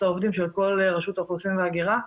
העובדים של כל רשות האוכלוסין וההגירה,